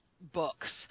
books